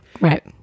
right